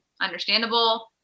understandable